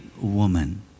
woman